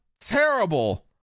terrible